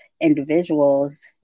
individuals